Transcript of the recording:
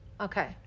Okay